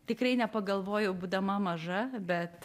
tikrai nepagalvojau būdama maža bet